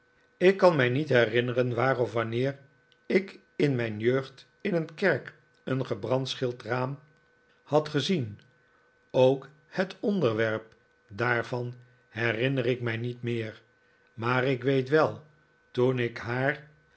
ik kan mij niet herinneren waar of wanneer ik in mijn jeugd in een kerk een gebrandschilderd raam had gezien ook het onderwerp daarvan herinner ik mij niet meer maar ik weet wel toen ik haar